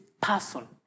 person